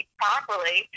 properly